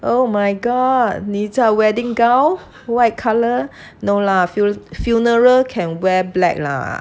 oh my god 你在 wedding white colour no lah fuel funeral can wear black lah